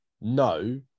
no